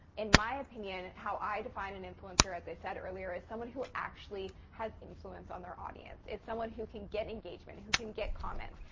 in my opinion, how i define an influencer, as i said earlier, is somebody who actually has influence on their audience. it's someone who can get engagement, who can get comments.